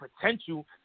potential